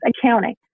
accounting